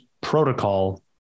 protocol